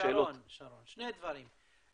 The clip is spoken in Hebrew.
שרון, שני דברים.